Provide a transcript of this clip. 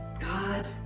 god